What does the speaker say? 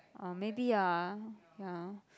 orh maybe ah ya